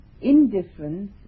indifference